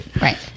right